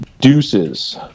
deuces